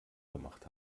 gemacht